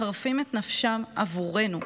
מחרפים את נפשם עבורנו,